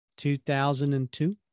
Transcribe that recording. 2002